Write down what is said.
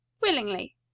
Willingly